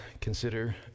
consider